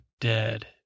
dead